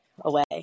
away